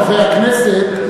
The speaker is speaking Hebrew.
חברי הכנסת,